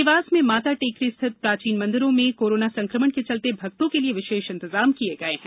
देवास में माता टेकरी स्थित प्राचीन मंदिरों में कोरोना संक्रमण के चलते भक्तों के लिये विशेष इंतजाम किये गए हैं